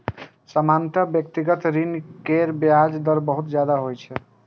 सामान्यतः व्यक्तिगत ऋण केर ब्याज दर बहुत ज्यादा होइ छै